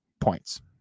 points